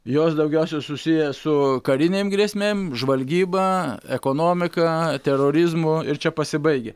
jos daugiausiai susiję su karinėm grėsmėm žvalgyba ekonomika terorizmu ir čia pasibaigia